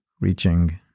reaching